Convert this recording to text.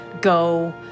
go